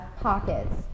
pockets